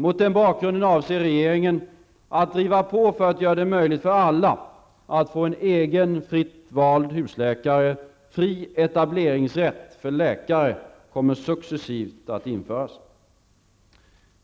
Mot den bakgrunden avser regeringen att driva på för att göra det möjligt för alla att få en egen, fritt vald husläkare. Fri etableringsrätt för läkare kommer successivt att införas.